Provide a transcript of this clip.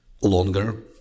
longer